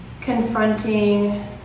confronting